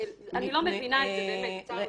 אני באמת לא מבינה את זה, צר לי.